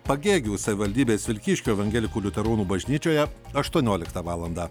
pagėgių savivaldybės vilkyškių evangelikų liuteronų bažnyčioje aštuonioliktą valandą